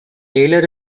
taylor